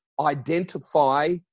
identify